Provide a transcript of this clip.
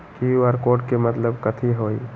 QR code के मतलब कथी होई?